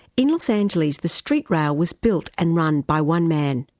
in los angeles, the street rail was built and run by one man,